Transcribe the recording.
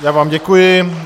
Já vám děkuji.